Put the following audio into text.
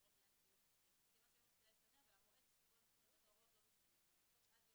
אני זוכר את זה